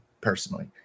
personally